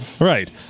Right